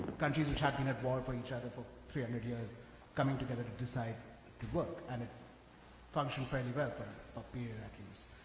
countries are tracking at war for each other for three hundred years coming together to decide to work and it functioned very well for a period, at least.